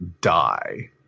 die